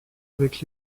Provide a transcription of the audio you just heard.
avec